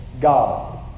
God